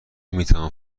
میتوان